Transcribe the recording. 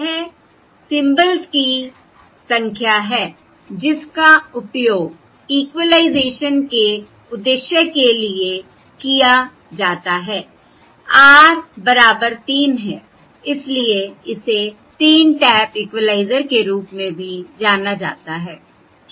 यह सिंबल्स की संख्या है जिसका उपयोग इक्विलाइजेशन के उद्देश्य के लिए किया जाता है R बराबर 3 है इसलिए इसे 3 टैप इक्विलाइजर के रूप में भी जाना जाता है ठीक है